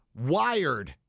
wired